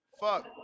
fuck